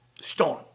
stone